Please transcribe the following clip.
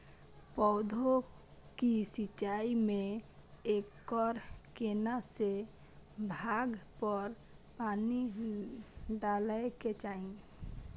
पौधों की सिंचाई में एकर केना से भाग पर पानी डालय के चाही?